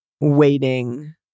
waiting